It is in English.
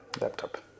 laptop